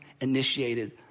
initiated